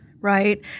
Right